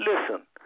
Listen